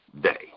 day